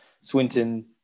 Swinton